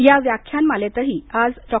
या व्याख्यानमालेतही आज डॉ